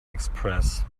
express